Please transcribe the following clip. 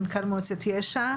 מנכ"ל מועצת יש"ע,